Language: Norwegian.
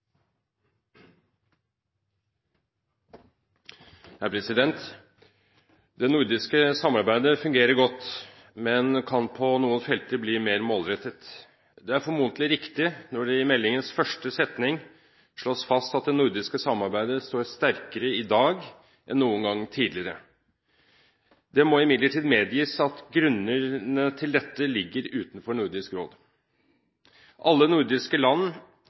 Det nordiske samarbeidet fungerer godt, men kan på noen felter bli mer målrettet. Det er formodentlig riktig når det i meldingens første setning slås fast at det nordiske samarbeidet står sterkere i dag enn noen gang tidligere. Det må imidlertid medgis at grunnene til dette ligger utenfor Nordisk råd. Alle nordiske land